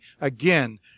again